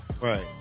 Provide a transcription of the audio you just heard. Right